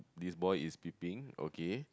this boy is peeping okay